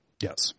Yes